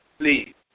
Please